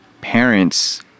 parents